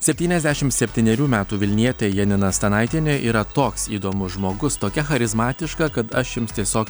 septyniasdešim septynerių metų vilnietė janina stanaitienė yra toks įdomus žmogus tokia charizmatiška kad aš jums tiesiog